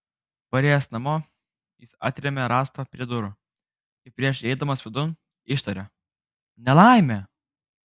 parėjęs namo jis atrėmė rąstą prie durų ir prieš įeidamas vidun ištarė nelaimė